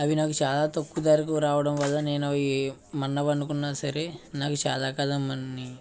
అవి నాకు చాలా తక్కువ ధరకు రావడం వల్ల నేను అవి మన్నవు అనుకున్నా సరే నాకు చాలాకాలం మన్నిన్నాయి